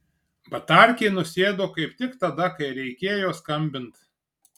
batarkė nusėdo kaip tik tada kai reikėjo skambint